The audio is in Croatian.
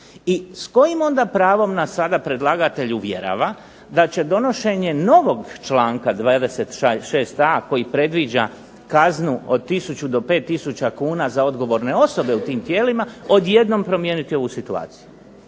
I s kojim onda pravom nas sada predlagatelj uvjerava da će donošenje novog članka 26.a koji predviđa kaznu od tisuću do 5 tisuća kuna za odgovorne osobe u tim tijelima odjednom promijeniti ovu situaciju?